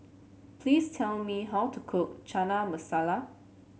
please tell me how to cook Chana Masala